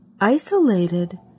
isolated